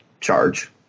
charge